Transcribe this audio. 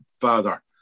father